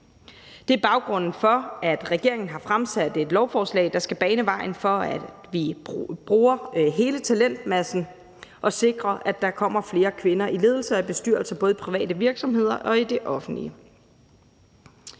Det er baggrunden for, at regeringen har fremsat et lovforslag, der skal bane vejen for, at vi bruger hele talentmassen, og sikre, at der kommer flere kvinder i ledelser og bestyrelser både i private virksomheder og i det offentlige.